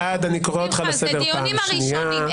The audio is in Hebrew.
שמחה, אלה הדיונים הראשונים.